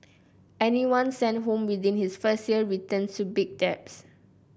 anyone sent home within his first year returns to big debts